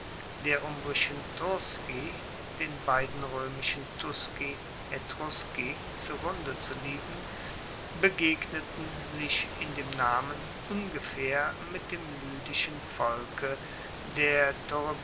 der umbrischen turs ci den beiden roemischen tusci etrusci zu grunde zu liegen begegneten sich in dem namen ungefaehr mit dem lydischen volke der